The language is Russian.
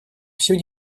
всю